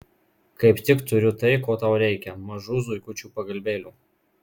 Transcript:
kaip tik turiu tai ko tau reikia mažų zuikučių pagalvėlių